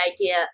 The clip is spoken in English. idea